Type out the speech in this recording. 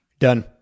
done